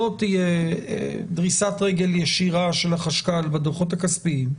לא תהיה דריסת רגל ישירה של החשכ"ל בדוחות הכספיים.